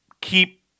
Keep